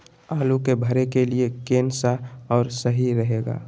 आलू के भरे के लिए केन सा और सही रहेगा?